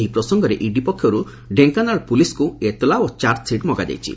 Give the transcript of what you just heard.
ଏହି ପ୍ରସଙ୍ଗରେ ଇଡି ପକ୍ଷରୁ ଢେଙ୍କାନାଳ ପୁଲିସ୍କୁ ଏତଲା ଓ ଚାର୍ଜସିଟ୍ ମଗାଯାଇଛି